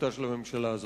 במדיניותה של הממשלה הזאת.